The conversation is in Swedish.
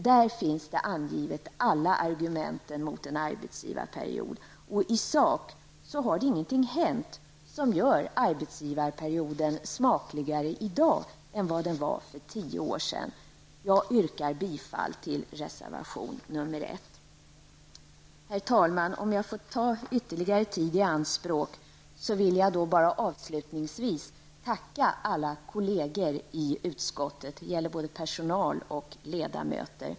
Där finns alla argumenten mot en arbetsgivarperiod. I sak har inget hänt som gör arbetsgivarperioden smakligare i dag än vad den var för tio år sedan. Jag yrkar bifall till reservation nr 1. Herr talman! Om jag får ta ytterligare tid i anspråk, vill jag då bara avslutningsvis tacka alla kolleger i utskottet. Det gäller både personal och ledamöter.